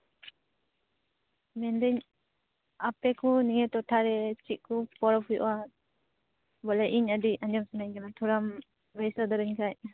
ᱢᱮᱱᱫᱟᱹᱧ ᱟᱯᱮ ᱠᱚ ᱱᱤᱭᱟᱹ ᱴᱚᱴᱷᱟᱨᱮ ᱪᱮᱫᱠᱚ ᱯᱚᱨᱚᱵᱽ ᱦᱩᱭᱩᱜᱼᱟ ᱵᱚᱞᱮ ᱤᱧ ᱟᱹᱰᱤ ᱟᱸᱡᱚᱢ ᱥᱟᱱᱟᱧ ᱠᱟᱱᱟ ᱛᱷᱚᱲᱟᱢ ᱞᱟᱹᱭ ᱥᱚᱫᱚᱨᱟᱹᱧ ᱠᱷᱟᱱ